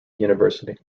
university